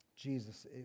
Jesus